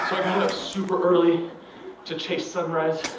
so i got up super early to chase sunrise,